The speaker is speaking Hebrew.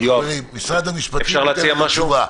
משרד המשפטים ייתן את התשובה.